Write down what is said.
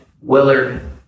Willard